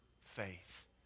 faith